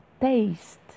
taste